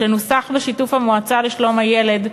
שנוסח בשיתוף המועצה לשלום הילד,